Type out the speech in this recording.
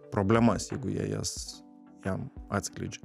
problemas jeigu jie jas jam atskleidžia